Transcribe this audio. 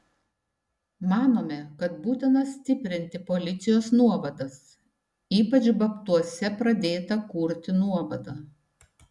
manome kad būtina stiprinti policijos nuovadas ypač babtuose pradėtą kurti nuovadą